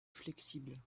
flexible